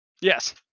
Yes